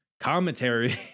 Commentary